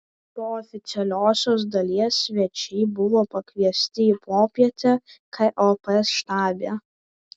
po oficialiosios dalies svečiai buvo pakviesti į popietę kop štabe